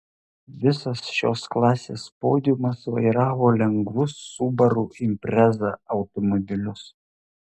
visas šios klasės podiumas vairavo lengvus subaru impreza automobilius